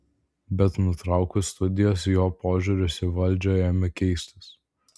bet nutraukus studijas jo požiūris į valdžią ėmė keistis